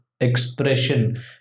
expression